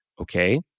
okay